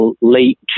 late